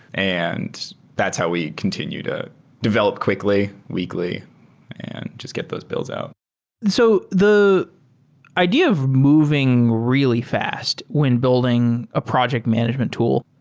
and that's how we continue to develop quickly weekly and just those bills out so the idea of moving really fast when building a project management tool,